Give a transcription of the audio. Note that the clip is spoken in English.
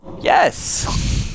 Yes